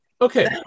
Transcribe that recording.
Okay